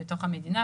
בתוך המדינה,